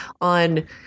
on